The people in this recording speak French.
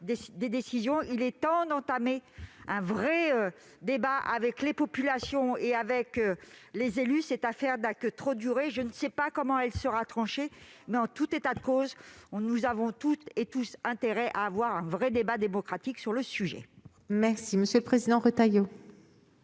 et d'entamer un vrai débat avec les populations et les élus. Cette affaire n'a que trop duré. Je ne sais pas comment elle sera tranchée ; en tout état de cause, nous avons toutes et tous intérêt à engager un débat démocratique sur ce sujet. La parole est à M. Bruno Retailleau,